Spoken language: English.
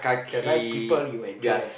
the right people you enjoy